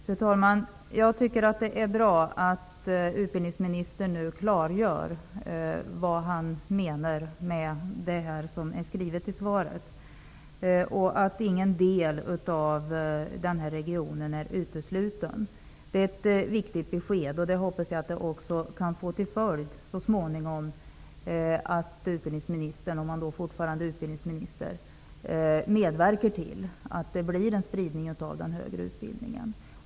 Fru talman! Jag tycker att det är bra att utbildningsministern klargör vad han menade i sitt svar, nämligen att ingen del av regionen är utesluten. Det är ett viktigt besked. Jag hoppas att det så småningom kan få till följd att utbildningsministern -- om han fortfarande är utbildningsminister -- medverkar till att det blir en spridning av den högre utbildningen.